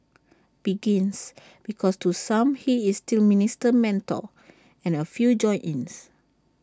begins because to some he is still minister mentor and A few join ins